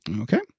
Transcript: Okay